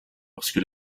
lorsque